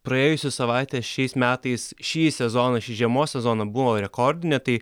praėjusią savaitę šiais metais šį sezoną šį žiemos sezoną buvo rekordinė tai